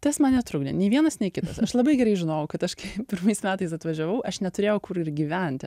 tas man netrukdė nei vienas nei kitas aš labai gerai žinojau kad aš pirmais metais atvažiavau aš neturėjau kur ir gyventi